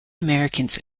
americans